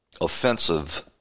offensive